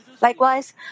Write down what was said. Likewise